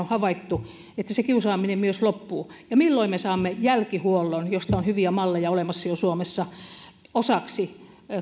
havaittu se kiusaaminen myös loppuu milloin me saamme jälkihuollon josta on hyviä malleja olemassa jo suomessa osaksi